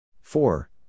Four